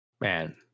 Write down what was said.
Man